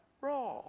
Raw